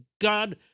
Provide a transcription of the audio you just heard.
God